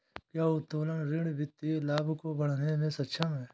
क्या उत्तोलन ऋण वित्तीय लाभ को बढ़ाने में सक्षम है?